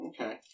Okay